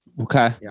Okay